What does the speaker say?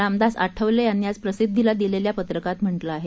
रामदास आठवले यांनी आज प्रसिद्धीला दिलेल्या पत्रकात म्हटलं आहे